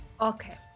Okay